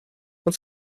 und